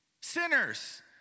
Sinners